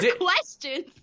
questions